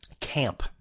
camp